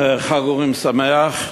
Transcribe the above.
חג אורים שמח.